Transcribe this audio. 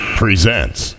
presents